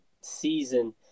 season